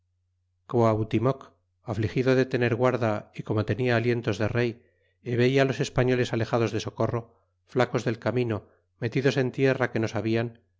quahutlmoc afligido de tener guarda y corno tenia alientos de rey y vela los españoles ale jados de socorro flacos del camino metidos en tierra que no sablea